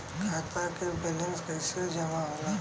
खाता के वैंलेस कइसे जमा होला?